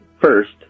First